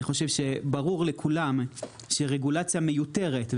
ברור לכולם שרגולציה מיותרת,